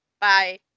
Bye